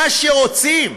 מה שרוצים,